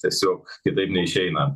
tiesiog kitaip neišeina